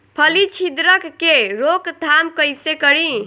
फली छिद्रक के रोकथाम कईसे करी?